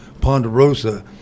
Ponderosa